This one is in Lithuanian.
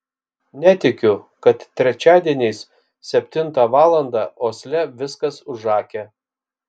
netikiu kad trečiadieniais septintą valandą osle viskas užakę